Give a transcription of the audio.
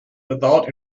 without